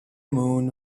moon